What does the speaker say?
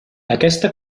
aquesta